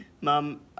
mom